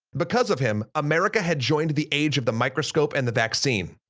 because of him, america had joined the age of the microscope and the vaccine,